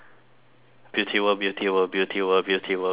beauty world beauty world beauty world beauty world beauty world